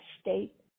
state